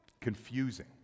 confusing